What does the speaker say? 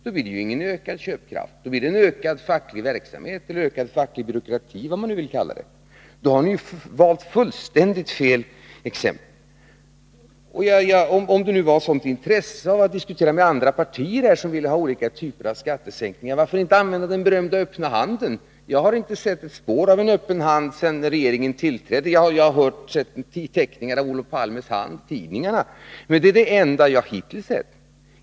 Då blir det ju ingen ökad köpkraft, då blir det en ökad facklig verksamhet eller ökad facklig byråkrati, eller vad man nu vill kalla det. Då har ni valt fullständigt fel exempel. Om det nu fanns sådant intresse att diskutera med andra partier som ville ha olika typer av skattesänkningar, varför inte använda den berömda öppna handen? Jag har inte sett ett spår av en öppen hand sedan regeringen tillträdde. Jo, jag har sett teckningar av Olof Palmes hand i tidningarna, men det är det enda jag hittills sett.